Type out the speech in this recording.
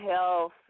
health